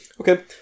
Okay